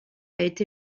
été